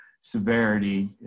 severity